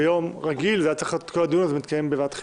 ביום רגיל כל הדיון הזה היה מתקיים בוועדת חינוך.